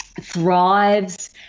thrives